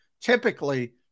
typically